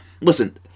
Listen